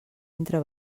entre